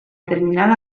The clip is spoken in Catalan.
terminal